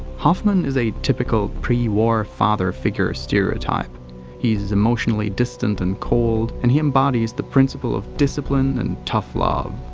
hoffman is a typical pre-war father figure stereotype he's emotionally distant and cold, and he embodies the principle of discipline and tough love.